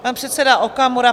Pan předseda Okamura...